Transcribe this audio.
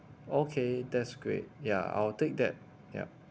okay that's great ya I'll take that yup